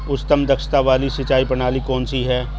उच्चतम दक्षता वाली सिंचाई प्रणाली कौन सी है?